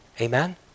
Amen